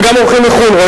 וגם אורחים מחו"ל,